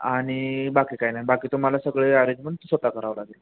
आणि बाकी काही नाही बाकी तुम्हाला सगळे अरेंजमेंट स्वतः करावं लागेल